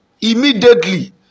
Immediately